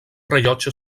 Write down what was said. rellotge